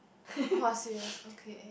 !wah! serious okay